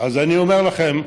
אז אני אומר לכם,